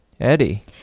Eddie